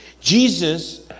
Jesus